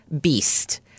beast